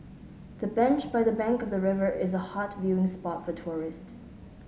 the bench by the bank of the river is a hot viewing spot for tourists